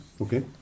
Okay